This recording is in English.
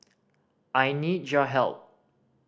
I need your help